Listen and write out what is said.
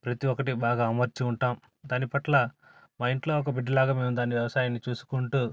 ప్రతి ఒక్కటి బాగా అమర్చి ఉంటాం దాని పట్ల మా ఇంట్లో ఒక బిడ్డలాగా మేం దాన్ని వ్యవసాయాన్ని చూసుకుంటూ